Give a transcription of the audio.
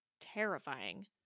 terrifying